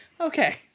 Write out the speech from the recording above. Okay